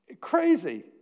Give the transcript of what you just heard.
Crazy